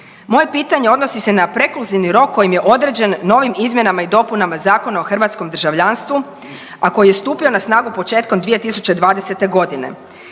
Moje pitanje odnosi se na prekluzivni rok kojim je određen novim izmjenama i dopunama Zakona o hrvatskom državljanstvu, a koji je stupio na snagu početkom 2020. g.